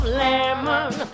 lemon